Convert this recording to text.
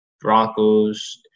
Broncos